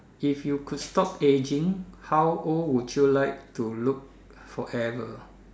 if you could stop ageing how old would you like to look forever